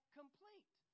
complete